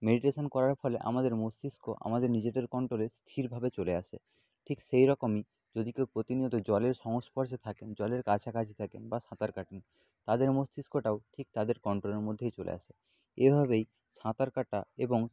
meditation করার ফলে আমাদের মস্তিষ্ক আমাদের নিজেদের কন্ট্রোলে স্থিরভাবে চলে আসে ঠিক সেই রকমই যদি কেউ প্রতিনিয়ত জলের সংস্পর্শে থাকেন জলের কাছাকাছি থাকেন বা সাঁতার কাটেন তাদের মস্তিষ্কটাও ঠিক তাদের কন্ট্রোলের মধ্যেই চলে আসে এভাবেই সাঁতার কাটা এবং